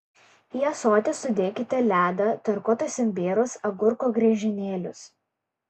į ąsotį sudėkite ledą tarkuotus imbierus agurko griežinėlius